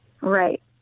Right